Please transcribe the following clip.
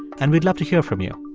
and we'd love to hear from you.